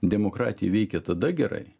demokratija veikia tada gerai